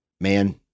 man